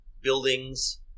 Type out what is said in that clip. buildings